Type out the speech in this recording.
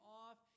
off